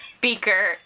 Beaker